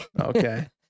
Okay